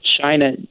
China